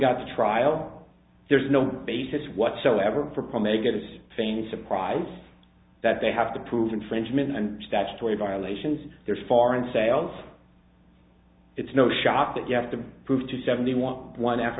got to trial there is no basis whatsoever for promulgated feign surprise that they have to prove infringement and statutory violations their foreign sales it's no shock that you have to prove to seventy one one af